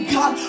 God